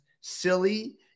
silly